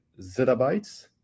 zettabytes